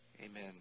amen